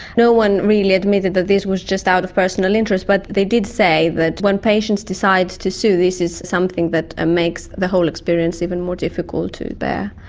no one really admitted that this was just out of personal interest but they did say that when patients decide to sue, this is something that ah makes the whole experience even more difficult to bear.